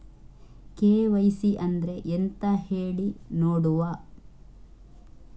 KYC ಅಂದ್ರೆ ಎಂತ ಹೇಳಿ ನೋಡುವ?